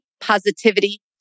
positivity